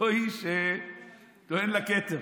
אותו איש שטוען לכתר.